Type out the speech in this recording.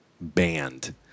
banned